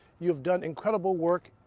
you've done incredible work,